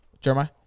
Jeremiah